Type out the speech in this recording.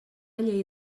llei